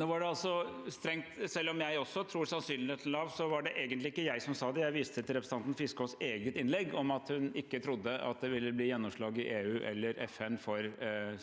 Selv om også jeg tror at sannsynligheten er lav, var det egentlig ikke jeg som sa det. Jeg viste til representanten Fiskaas eget innlegg om at hun ikke trodde det ville bli gjennomslag i EU eller i FNs